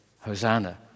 Hosanna